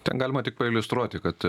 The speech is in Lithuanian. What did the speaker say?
ten galima tik pailiustruoti kad